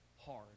hard